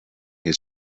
his